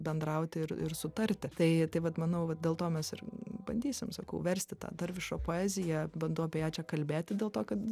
bendrauti ir ir sutarti tai tai vat manau vat dėl to mes ir bandysim sakau versti tą dervišo poeziją bandau apie ją čia kalbėti dėl to kad